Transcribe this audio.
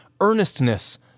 earnestness